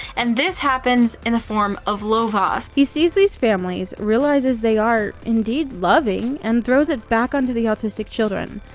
and this happens in the form of lovaas. he sees these families, realizes they are indeed loving, and throws it back onto the autistic children.